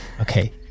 Okay